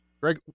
greg